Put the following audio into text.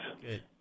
Good